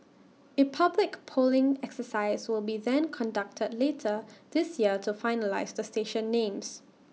A public polling exercise will be then conducted later this year to finalise the station names